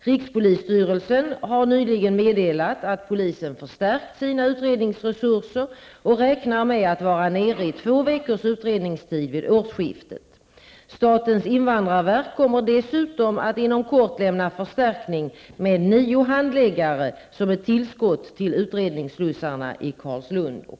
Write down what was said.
Rikspolisstyrelsen har nyligen meddelat att polisen förstärkt sina utredningsresurser och räknar med att vara nere i två veckors utredningstid vid årsskiftet. Statens invandrarverk kommer dessutom att inom kort lämna förstärkning med nio handläggare som ett tillskott till utredningsslussarna i Carlslund och